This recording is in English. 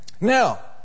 Now